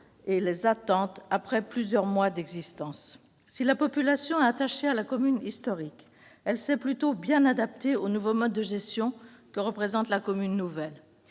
et les attentes après plusieurs mois d'existence. Si la population est attachée à la commune historique, elle s'est plutôt bien adaptée au nouveau mode de gestion que représente la commune nouvelle.